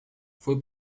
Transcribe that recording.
fue